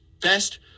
best